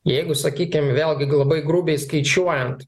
jeigu sakykim vėlgi labai grubiai skaičiuojant